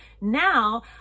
Now